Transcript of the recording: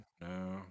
No